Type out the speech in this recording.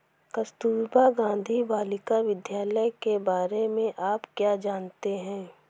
कस्तूरबा गांधी बालिका विद्यालय के बारे में आप क्या जानते हैं?